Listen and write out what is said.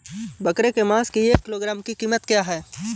बकरे के मांस की एक किलोग्राम की कीमत क्या है?